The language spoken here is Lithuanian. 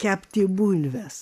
kepti bulves